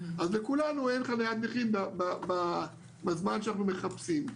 אז לכולנו אין חניית נכים בזמן שאנחנו מחפשים.